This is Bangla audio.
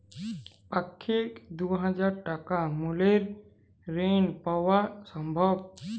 পাক্ষিক দুই হাজার টাকা মূল্যের ঋণ পাওয়া সম্ভব?